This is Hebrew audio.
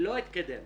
לא התקדם.